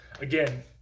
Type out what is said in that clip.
again